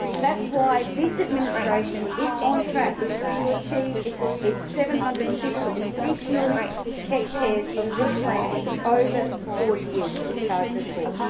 that's why this administration is on track to achieve its ah its seven hundred and fifty additional hectares of bushland over the four years that we targeted for.